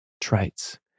traits